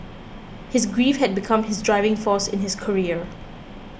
his grief had become his driving force in his career